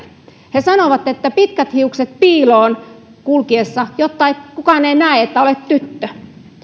he sanovat että pitkät hiukset piiloon kulkiessa jotta kukaan ei näe että olet tyttö